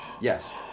Yes